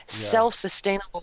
self-sustainable